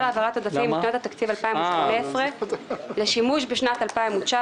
להעברת עודפים משנת התקציב 2018 לשימוש בשנת 2019,